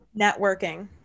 networking